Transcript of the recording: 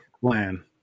plan